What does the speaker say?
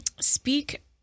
speak